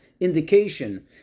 indication